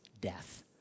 death